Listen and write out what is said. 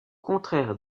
contraire